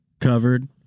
Covered